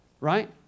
right